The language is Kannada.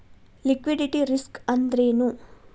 ಲಿಕ್ವಿಡಿಟಿ ರಿಸ್ಕ್ ಅಂದ್ರೇನು?